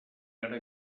ara